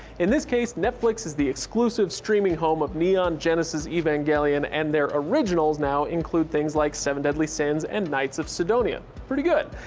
in this case, netflix is the exclusive streaming home of neon genesis evangelion, and their originals now include things like seven deadly sins and knights of sidonia, pretty good.